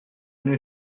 nie